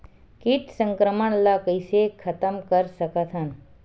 कीट संक्रमण ला कइसे खतम कर सकथन?